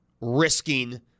risking